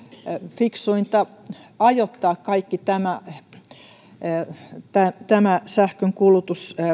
fiksuinta ajoittaa kaikki tämä tämä sähkönkulutus